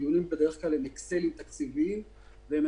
הדיונים בדרך כלל הם אקסליים תקציביים והם